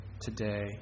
today